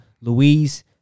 Louise